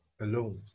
alone